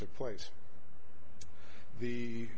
took place the